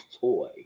toy